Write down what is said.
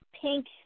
pink